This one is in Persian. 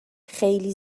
خیلی